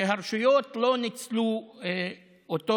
והרשויות לא ניצלו אותו.